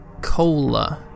Cola